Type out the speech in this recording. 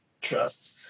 trust